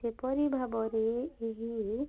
ଯେପରି ଭାବରେ ଏହି